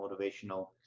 motivational